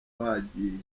wagiye